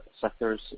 sectors